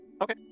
Okay